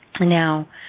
Now